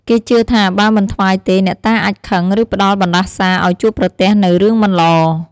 គេជឿថាបើមិនថ្វាយទេ អ្នកតាអាចខឹង ឬផ្ដល់បណ្ដាសាឱ្យជួបប្រទះនូវរឿងមិនល្អ។